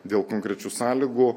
dėl konkrečių sąlygų